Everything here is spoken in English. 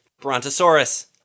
Brontosaurus